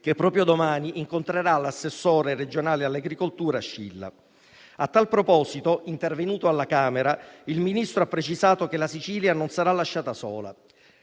che proprio domani incontrerà l'assessore regionale all'agricoltura Scilla. A tal proposito, intervenuto alla Camera, il Ministro ha precisato che la Sicilia non sarà lasciata sola.